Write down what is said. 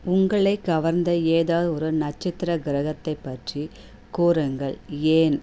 உங்களை கவர்ந்த ஏதாவது ஒரு நட்சத்திர கிரகத்தை பற்றி கூறுங்கள் ஏன்